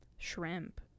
shrimp